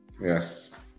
Yes